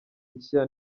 ishya